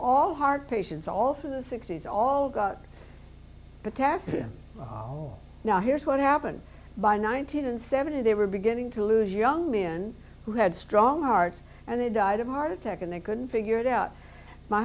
all heart patients also the sixty's all got potassium all now here's what happened by nineteen and seventy they were beginning to lose young men who had strong hearts and they died of a heart attack and they couldn't figure it out my